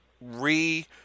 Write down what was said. re-